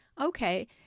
okay